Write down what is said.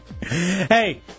Hey